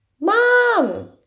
mom